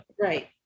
right